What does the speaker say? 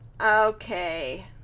Okay